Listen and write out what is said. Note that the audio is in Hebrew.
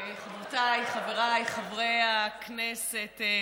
חברותיי, חבריי חברי הכנסת,